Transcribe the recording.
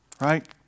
right